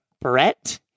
Brett